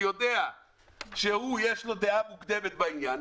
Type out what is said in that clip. יודע שיש לו דעה מוקדמת ברורה בעניין,